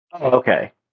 Okay